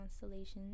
constellations